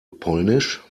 polnisch